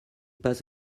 pas